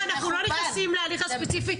לא, אנחנו לא נכנסים להליך הספציפי.